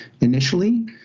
initially